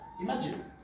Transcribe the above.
Imagine